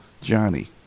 Johnny